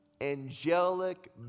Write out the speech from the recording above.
angelic